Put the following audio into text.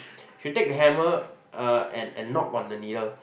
she take the hammer and knock on the needle